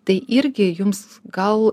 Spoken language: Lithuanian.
tai irgi jums gal